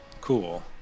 Cool